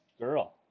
girl